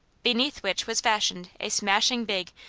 beneath which was fastened a smashing big,